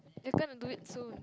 you're gonna do it soon